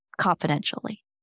confidentially